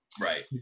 Right